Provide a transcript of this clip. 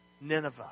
Nineveh